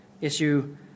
issue